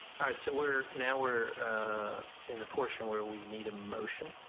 so we're now we're in the portion where we need a motion.